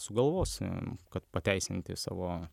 sugalvosim kad pateisinti savo